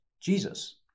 Jesus